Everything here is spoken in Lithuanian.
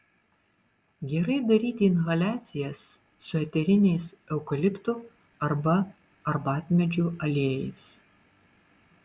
gerai daryti inhaliacijas su eteriniais eukaliptų arba arbatmedžių aliejais